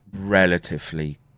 relatively